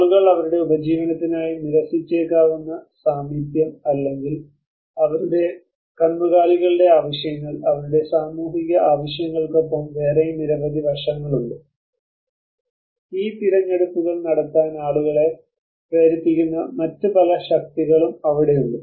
ആളുകൾ അവരുടെ ഉപജീവനത്തിനായി നിരസിച്ചേക്കാവുന്ന സാമീപ്യം അല്ലെങ്കിൽ അവരുടെ കന്നുകാലികളുടെ ആവശ്യങ്ങൾ അവരുടെ സാമൂഹിക ആവശ്യങ്ങൾക്കൊപ്പം വേറെയും നിരവധി വശങ്ങളുണ്ട് ഈ തിരഞ്ഞെടുപ്പുകൾ നടത്താൻ ആളുകളെ പ്രേരിപ്പിക്കുന്ന മറ്റ് പല ശക്തികളും അവിടെയുണ്ട്